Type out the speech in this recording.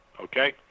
Okay